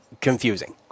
confusing